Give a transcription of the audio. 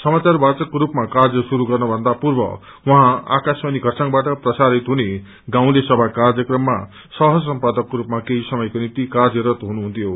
समाचार वाचकको रूपमा कार्य शुरू गर्नभन्दा पूर्व उहाँ आकाशवाणी खरसाङबाट प्रशारित हुन गाउँले सभा कार्यक्रममा सह सम्पादकको रूपमा केही समयको निम्ति कार्यरत हुनुहुन्थि